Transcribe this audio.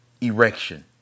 erection